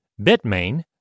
Bitmain